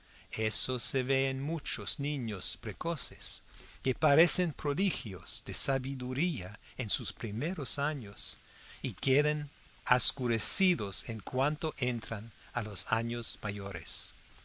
eso se ve en muchos niños precoces que parecen prodigios de sabiduría en sus primeros años y quedan oscurecidos en cuanto entran en los años mayores